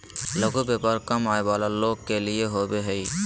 लघु व्यापार कम आय वला लोग के लिए होबो हइ